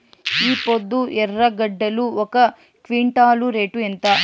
ఈపొద్దు ఎర్రగడ్డలు ఒక క్వింటాలు రేటు ఎంత?